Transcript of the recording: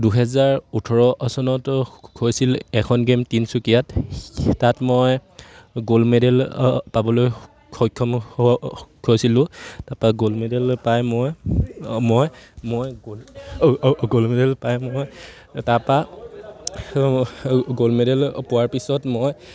দুহেজাৰ ওঠৰ চনত হৈছিল এখন গে'ম তিনিচুকীয়াত তাত মই গ'ল্ড মেডেল পাবলৈ সক্ষম হৈছিলোঁ তাৰপা গ'ল্ড মেডেল পাই মই মই মই গ'ল্ড গ'ল্ড মেডেল পাই মই তাৰপা গ'ল্ড মেডেল পোৱাৰ পিছত মই